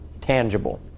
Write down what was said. tangible